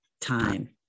time